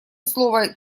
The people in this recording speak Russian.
слово